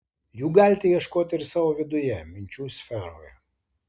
jų galite ieškoti ir savo viduje minčių sferoje